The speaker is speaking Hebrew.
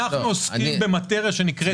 אנחנו עוסקים במאטריה שנקראת מס.